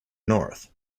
north